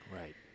right